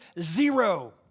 zero